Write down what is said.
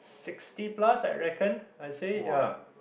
sixty plus I reckon I say ya